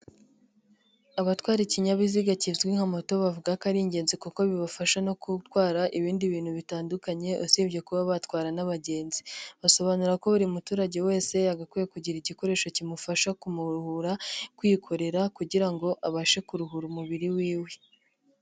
Abatwara ikinyabiziga kizwi nka moto bavuga ko ari ingenzi kuko bibafasha no kurwa ibindi bintu bitandukanye usibye kuba batwara n'abagenzi. Basobanura ko buri muturage wese yagakwiye kugira igikoresho kimufasha kumuruhura kwikorera kugira ngo abashe kuruhura umubiri wiwe.